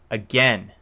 again